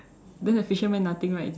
then the fishermen nothing right is it